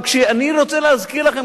אבל אני רוצה להזכיר לכם,